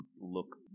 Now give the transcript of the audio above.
look